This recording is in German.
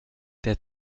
der